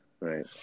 Right